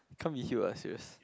can't be healed ah serious